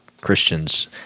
Christians